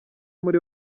muri